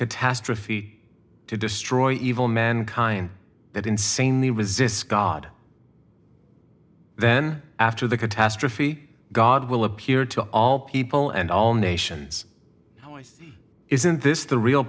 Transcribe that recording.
catastrophe to destroy evil man kind that insanely resists god then after the catastrophe god will appear to all people and all nations isn't this the real